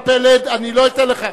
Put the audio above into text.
אני לא אתן לך.